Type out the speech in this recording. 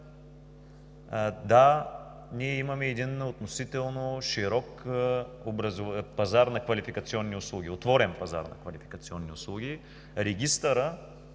да, ние имаме относително широк пазар на квалификационни услуги, отворен пазар на квалификационни услуги.